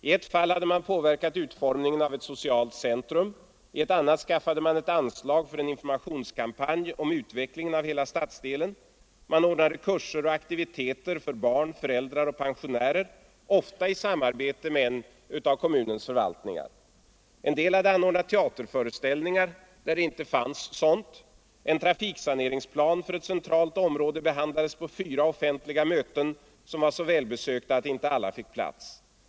I ett fall hade man påverkat utformningen av ett socialcentrum. I ett annat skaffade man ett anslag för en informationskampanj om utvecklingen av en bydel. Man ordnade kurser och aktiviteter för barn, föräldrar och pensionärer, ofta i samarbete med en förvaltning. En del hade anordnat teaterföreställningar. En trafiksaneringsplan för ett centralt område behandlades på fyra offentliga möten, som var så välbesökta att inte alla fick plats.